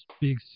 big